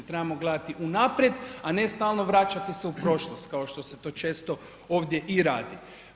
Trebamo gledati unaprijed, a ne stalno vraćati se u prošlost kao što se to često ovdje i radi.